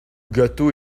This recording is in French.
gâteau